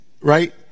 right